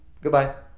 Goodbye